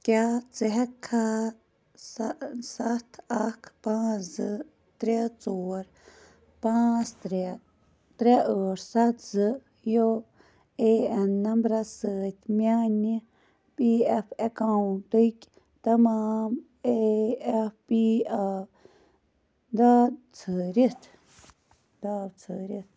کیٛاہ ژٕ ہٮ۪ککھا سَہ سَتھ اَکھ پانٛژھ زٕ ترٛےٚ ژور پانٛژھ ترٛےٚ ترٛےٚ ٲٹھ سَتھ زٕ یو اے اٮ۪ن نَمبرَس سۭتۍ میٛانہِ پی اٮ۪ف اٮ۪کاوُنٛٹٕکۍ تَمام اے اٮ۪ف پی آ دا ژھٲرِتھ داو ژھٲرِتھ